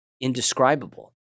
indescribable